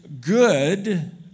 good